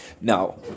Now